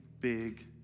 big